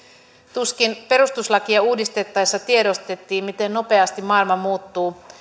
tuskin perustuslakia uudistettaessa tiedostettiin miten nopeasti maailma muuttuu